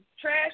trash